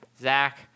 Zach